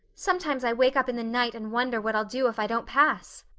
sometimes i wake up in the night and wonder what i'll do if i don't pass.